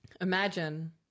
imagine